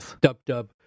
dub-dub